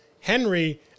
Henry